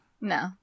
No